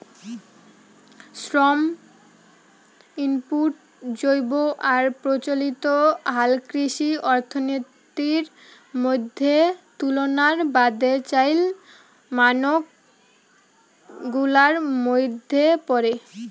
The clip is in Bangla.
শ্রম ইনপুট জৈব আর প্রচলিত হালকৃষি অর্থনীতির মইধ্যে তুলনার বাদে চইল মানক গুলার মইধ্যে পরে